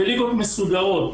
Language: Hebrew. בליגות מסודרות.